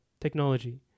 technology